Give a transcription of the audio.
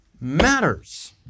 matters